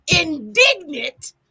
indignant